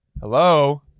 Hello